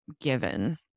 Given